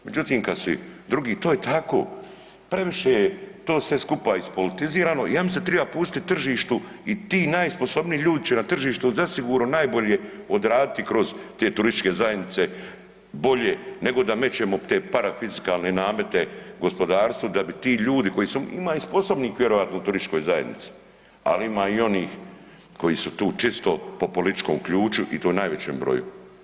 Međutim, kad si drugi to je tako, previše je to sve skupa ispolitizirano, ja mislim da triba pustit tržištu i ti najsposobniji ljudi će na tržištu zasigurno najbolje odraditi kroz te turističke zajednice bolje nego da mećemo te parafiskalne namete gospodarstvu da bi ti ljudi koji su, ima i sposobnih vjerojatno u turističkoj zajednici, ali ima i onih koji su tu čisto po političkom ključu i to u najvećem broju.